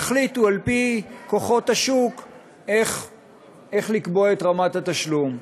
יחליטו על-פי כוחות השוק איך לקבוע את רמת התשלום.